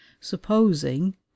supposing